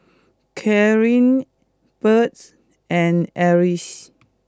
Kylene Bird and Eris